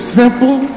simple